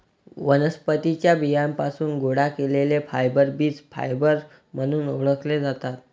वनस्पतीं च्या बियांपासून गोळा केलेले फायबर बीज फायबर म्हणून ओळखले जातात